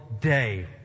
day